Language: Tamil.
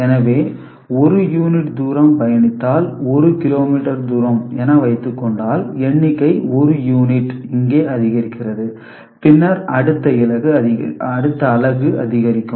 எனவே 1 யூனிட் தூரம் பயணித்தால் 1 கிலோமீட்டர் தூரம் என வைத்துக்கொண்டால் எண்ணிக்கை 1 யூனிட் இங்கே அதிகரிக்கிறது பின்னர் அடுத்த அலகு அதிகரிக்கும்